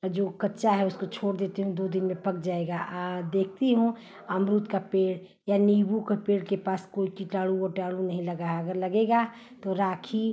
और जो कच्चा है उसको छोड़ देती हूँ दो दिन में पक जाएगा देखती हूँ अमरूद का पेड़ या नीम्बू का पेड़ के पास कोई किटाणु ओटाणु नही लगा है अगर लगेगा तो राखी